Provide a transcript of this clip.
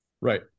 right